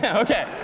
yeah ok.